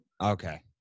Okay